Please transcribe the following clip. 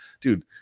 Dude